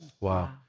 Wow